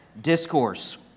Discourse